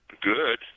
good